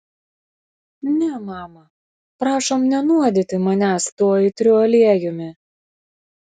ne mama prašom nenuodyti manęs tuo aitriu aliejumi